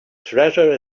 treasure